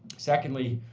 secondly,